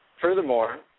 Furthermore